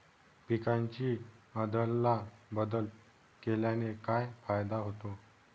पिकांची अदला बदल केल्याने काय फायदा होतो?